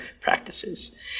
practices